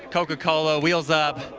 coca-cola, wheels up,